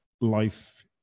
life